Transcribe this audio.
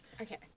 Okay